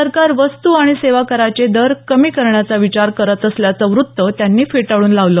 सरकार वस्तू आणि सेवा कराचे दर कमी करण्याचा विचार करत असल्याचं वृत्त त्यांनी फेटाळून लावलं